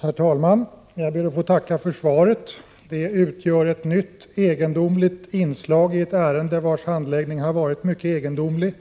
Herr talman! Jag ber att få tacka för svaret. Det utgör ett nytt egendomligt inslag i ett ärende vars handläggning har varit mycket egendomlig.